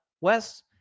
West